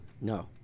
No